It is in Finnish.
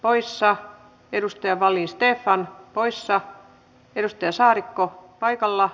täällä edustaja wallin stefan poissa pelistä saarikko paikalla